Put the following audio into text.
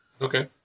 Okay